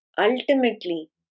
ultimately